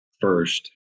first